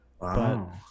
Wow